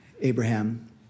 Abraham